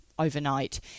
overnight